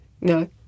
No